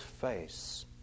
face